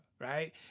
Right